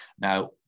now